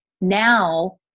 Now